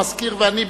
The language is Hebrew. המזכיר ואני,